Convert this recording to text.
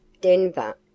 DENVER